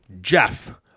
Jeff